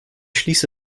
schließe